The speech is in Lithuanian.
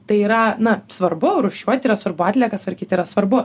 tai yra na svarbu rūšiuoti yra svarbu atliekas tvarkyti yra svarbu